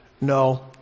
No